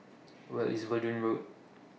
Where IS Verdun Road